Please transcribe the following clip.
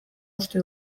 uste